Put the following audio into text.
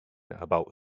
about